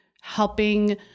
helping